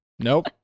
Nope